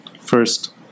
First